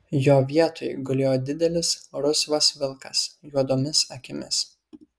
jo vietoj gulėjo didelis rusvas vilkas juodomis akimis